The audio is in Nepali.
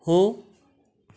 हो